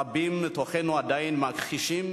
רבים מתוכנו עדיין מכחישים